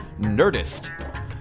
NERDIST